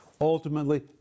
Ultimately